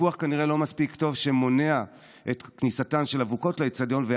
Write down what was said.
הפיקוח שמונע את כניסתן של אבוקות לאצטדיון כנראה לא מספיק טוב.